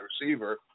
receiver